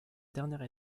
dernière